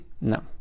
No